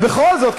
בכל זאת.